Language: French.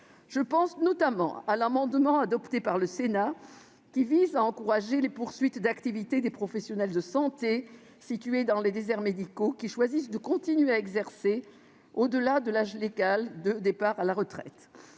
Je pense notamment à l'amendement adopté par le Sénat qui vise à encourager la poursuite d'activité des professionnels de santé situés dans les déserts médicaux qui choisissent de continuer à exercer au-delà de l'âge légal de départ à la retraite.